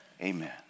Amen